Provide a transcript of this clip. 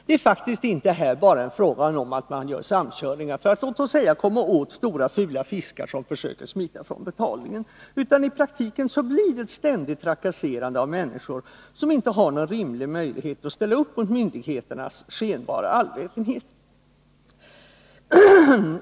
Det är faktiskt inte heller bara fråga om samkörningar för att så att säga komma åt stora fula fiskar som försöker smita från betalningen, utan i praktiken blir det ett ständigt trakasserande av människor, som inte har någon rimlig möjlighet att ställa upp mot myndigheternas skenbara allvetenhet.